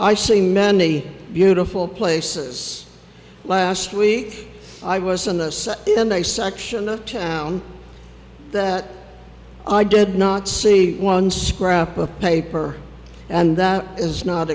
i see many beautiful places last week i was in the didn't they section of town that i did not see one scrap of paper and that is not